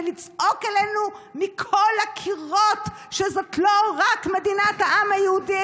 בשביל לצעוק אלינו מכל הקירות שזאת לא רק מדינת העם היהודי,